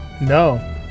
No